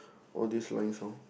all this lines loh